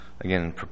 again